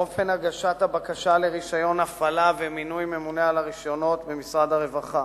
אופן הגשת הבקשה לרשיון הפעלה ומינוי ממונה על הרשיונות במשרד הרווחה